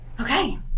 Okay